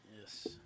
Yes